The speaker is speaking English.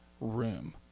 room